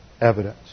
evidence